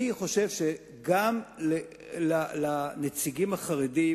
אני חושב שגם לנציגים החרדים,